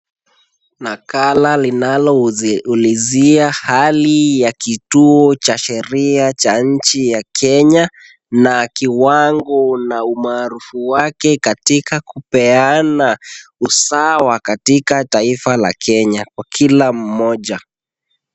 Nakala linaloiuizia hali ya kituo cha sheria cha nchi ya Kenya na kiwango na umaarufu wake katika kupeana usawa katika taifa la Kenya kwa kila mmoja.